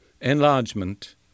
enlargement